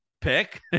pick